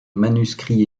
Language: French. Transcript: manuscrits